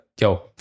Yo